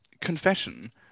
confession